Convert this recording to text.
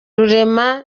rurema